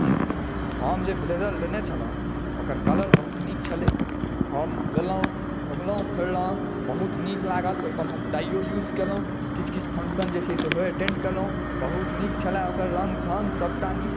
हम जे ब्लेजर लेने छलहुँ ओकर कलर बहुत नीक छलै हम लेलहुँ घुमलहुँ फिरलहुँ बहुत नीक लागल ओहिपर हम टाइयो युज केलहुँ किछु किछु फंक्शन सेहो अटेण्ड केलहुँ बहुत नीक छलए ओकर रङ्ग तङ्ग सभटा नीक छलए